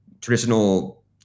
traditional